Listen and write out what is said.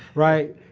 right.